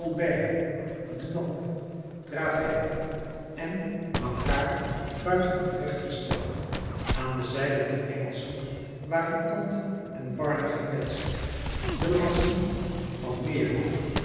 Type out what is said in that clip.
en blancard buiten gevecht gesteld aan de zijde der engelschen waren alten en barne gekwetst delancey van